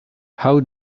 how